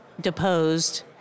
deposed